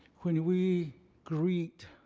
when we greet